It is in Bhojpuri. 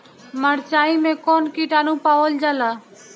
मारचाई मे कौन किटानु पावल जाला?